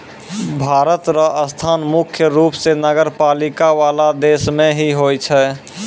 भारत र स्थान मुख्य रूप स नगरपालिका वाला देश मे ही होय छै